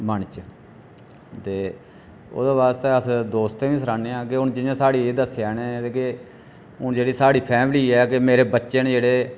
मन च ते ओह्दे आस्तै असें दोस्तें बी सनान्ने आं कि जि'यां साढ़े एह् दस्सेआ इ'नें हून जेह्ड़ी साढ़ी फैमिली ऐ कि मेरे बच्चे न जेह्ड़े